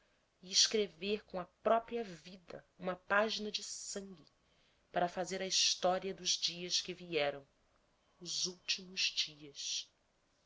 escrever com a própria vida uma página de sangue para fazer a história dos dias que vieram os últimos dias